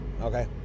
Okay